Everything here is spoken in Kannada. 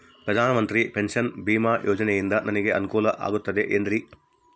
ಪ್ರಧಾನ ಮಂತ್ರಿ ಫಸಲ್ ಭೇಮಾ ಯೋಜನೆಯಿಂದ ನನಗೆ ಅನುಕೂಲ ಆಗುತ್ತದೆ ಎನ್ರಿ?